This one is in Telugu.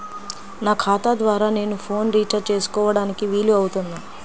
నా ఖాతా ద్వారా నేను ఫోన్ రీఛార్జ్ చేసుకోవడానికి వీలు అవుతుందా?